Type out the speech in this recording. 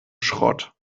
schrott